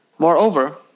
Moreover